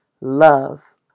love